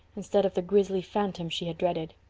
instead of the grisly phantom she had dreaded.